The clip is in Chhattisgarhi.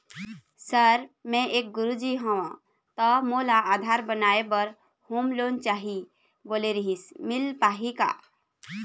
सर मे एक गुरुजी हंव ता मोला आधार बनाए बर होम लोन चाही बोले रीहिस मील पाही का?